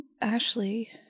Ashley